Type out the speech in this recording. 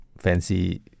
fancy